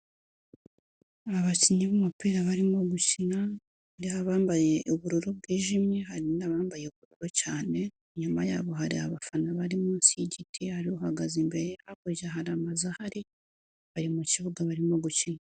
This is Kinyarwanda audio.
Abakinnyi b'umupira barimo gukina, hari abambaye ubururu bwijimye, hari n'bambaye ubururu cyane, inyuma yabo hari abafana bari munsi y'igiti bahagaze imbere, hakurya hari amazu ahari, bari mu kibuga barimo gukina.